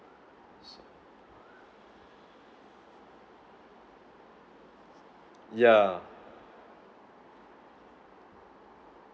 so yeah